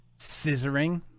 scissoring